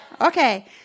Okay